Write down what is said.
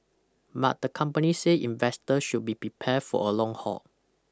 but the company said investor should be prepared for a long haul